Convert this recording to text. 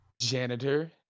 Janitor